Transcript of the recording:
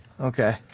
Okay